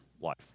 life